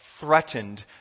threatened